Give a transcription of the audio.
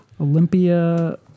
Olympia